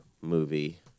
movie